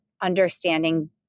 understanding